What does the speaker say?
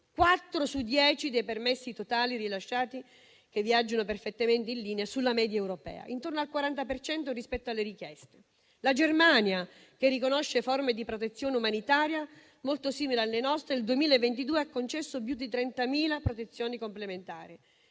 su dieci dei permessi totali rilasciati, che viaggiano perfettamente in linea con la media europea, intorno al 40 per cento rispetto alle richieste. La Germania, che riconosce forme di protezione umanitaria molto simili alle nostre, nel 2022 ha concesso più di 30.000 protezioni complementari,